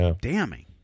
damning